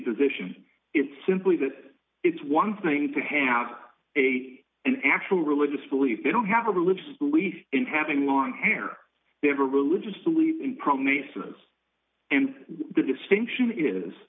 position it's simply that it's one thing to have a an actual religious belief they don't have a religious belief in having long hair they have a religious belief in problem a science and the distinction is